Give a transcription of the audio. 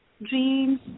dreams